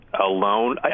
alone